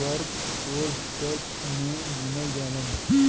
workforce tax में गिनल जालन